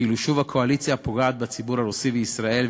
כאילו שוב הקואליציה פוגעת בציבור הרוסי בישראל,